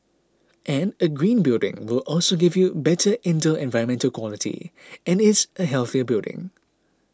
and a green building will also give you better indoor environmental quality and is a healthier building